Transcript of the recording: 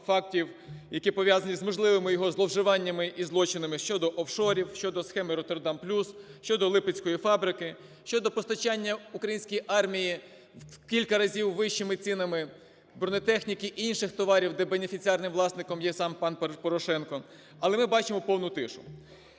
які пов'язані з можливими його зловживаннями і злочинами щодо офшорів, щодо схеми "Роттердам плюс", щодо Липецької фабрики, щодо постачання українській армії в кілька разів вищими цінами бронетехніки і інших товарів, де бенефіціарним власником є сам пан Порошенко. Але ми бачимо повну тишу.